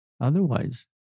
otherwise